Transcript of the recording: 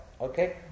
okay